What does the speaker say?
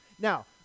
now